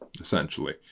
essentially